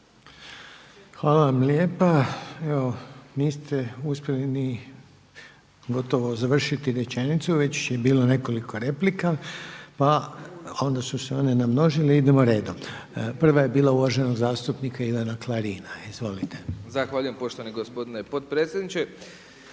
Hvala vam lijepa. Evo niste uspjeli ni gotovo završiti rečenicu već je bilo nekoliko replika pa onda su se one namnožile. Idemo redom. Prva je bila uvaženog zastupnika Ivana Klarina. Izvolite. **Klarin, Ivan (SDP)** Zahvaljujem poštovani gospodine potpredsjedniče.